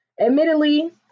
Admittedly